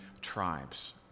tribes